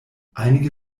einige